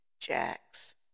Jax